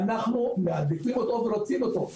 אנחנו מעדיפים אותו ורוצים אותו.